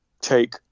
take